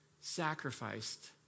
sacrificed